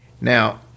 Now